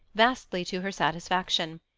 vastly to her satisfaction.